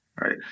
right